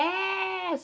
yes